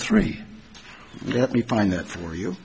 three let me find that for you